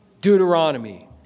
Deuteronomy